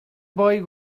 boy